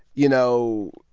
you know,